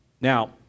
Now